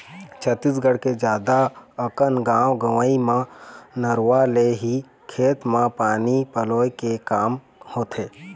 छत्तीसगढ़ के जादा अकन गाँव गंवई म नरूवा ले ही खेत म पानी पलोय के काम होथे